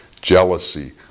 Jealousy